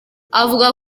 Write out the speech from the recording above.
avuga